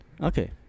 Okay